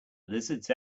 lizards